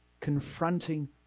Confronting